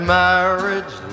marriage